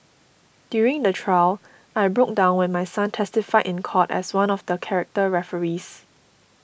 during the trial I broke down when my son testified in court as one of the character referees